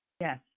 Yes